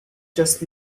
just